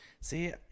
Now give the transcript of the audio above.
See